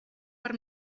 per